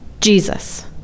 Jesus